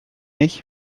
ich